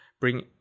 bring